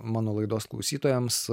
mano laidos klausytojams